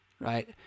right